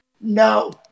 No